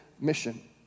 mission